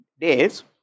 days